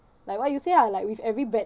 like what you say ah like with every bad